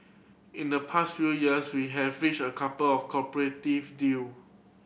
in the past few years we have reached a couple of cooperative deal